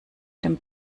dem